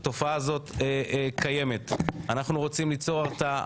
אנחנו רוצים ליצור הרתעה,